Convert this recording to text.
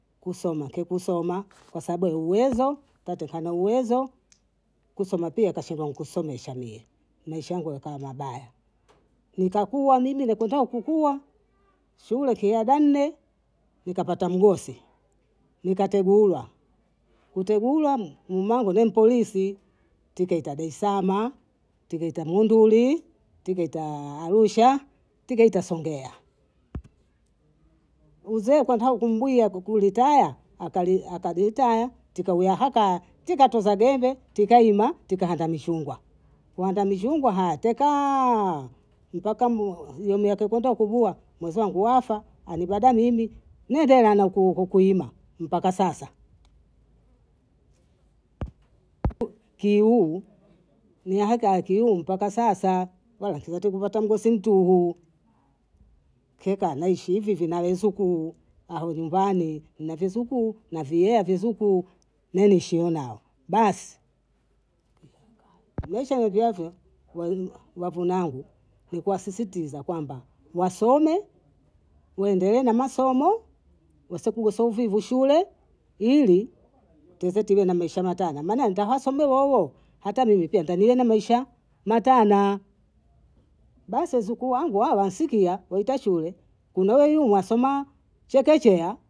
Kusoma ke kusoma kwa sabu ya uwezo, tatokana na uwezo, kusoma pia kashema nkusomesha mie, maisha yangu yakawa mabaya, nkakua mimi na kwenda kukua shule kiaba nne, nkapata mgosi, nkateguiwa, kutegulwa mmanga na polisi tiketa daesaama, tiketa monduli, tiketa Arusha, tiketa Songea. Wuzoea kanta kumbia ku- kulitaya, akalitaya tikawia haka, tika tuzagembe, tukaima, tukahanda michungwa, kuhanda michungwa haya tekaa mpaka hiyo miaka kenda kugua mwenzangu wafa, anibada mimi, ningela naku kuima mpaka sasa. kiuu nahaka kiuu mpaka sasa baba kiza kupata mgosi mtuhu, kieka naishi hivihivi na winzukuu hao nyumbani navinzukuu naviea vinzukuu, na nishie nao basi. maesha na kiafya wavunangu ni kuwasisitiza kwamba wasome, waendelee na masomo, wasokosobu uvivu shule ili tize tiwe na maisha matana maana hamtaso mno wowo hata mimi pia ntaendelea na maisha matana, basi wanzuku wangu hawa wansikia waita shule kulei mwasoma chekechea.